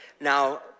now